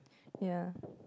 ya